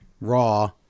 Raw